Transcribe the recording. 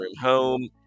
home